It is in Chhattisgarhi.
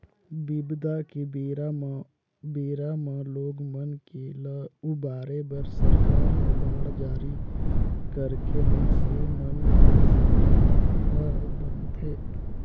बिबदा के बेरा म बेरा म लोग मन के ल उबारे बर सरकार ह बांड जारी करके मइनसे मन के सहारा बनथे